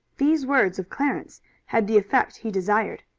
these words of clarence had the effect he desired.